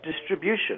distribution